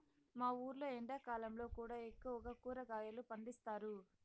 మా ఊర్లో ఎండాకాలంలో కూడా ఎక్కువగా కూరగాయలు పండిస్తారు